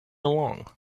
along